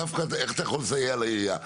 דווקא איך אתה יכול לסייע לעירייה?